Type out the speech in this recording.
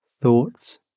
Thoughts